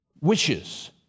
wishes